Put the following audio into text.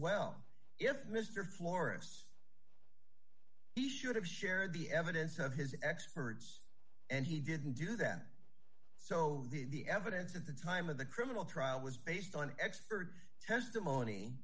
well if mr florists he should have shared the evidence of his experts and he didn't do that so the evidence at the time of the criminal trial was based on expert testimony